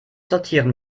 sortieren